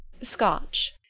Scotch